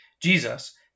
Jesus